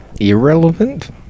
Irrelevant